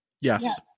Yes